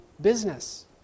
business